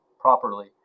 properly